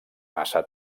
massa